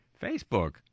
Facebook